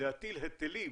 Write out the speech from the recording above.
להטיל היטלים